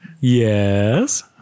Yes